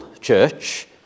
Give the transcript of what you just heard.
church